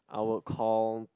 I would call